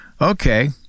Okay